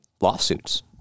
Lawsuits